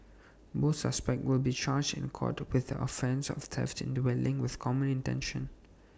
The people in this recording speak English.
both suspects will be charged in court with the offence of theft in dwelling with common intention